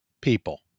people